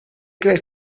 kreeg